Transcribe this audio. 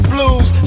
blues